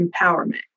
empowerment